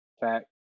Fact